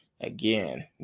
Again